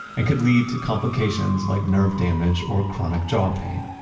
and could lead to complications like nerve damage, or chronic jaw pain